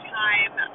time